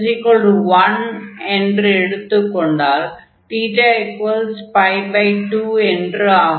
x1 என்று எடுத்துக் கொண்டால் 2 என்று ஆகும்